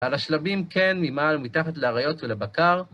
על השלבים כן, ממעל ומתחת לאריות ולבקר.